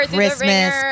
Christmas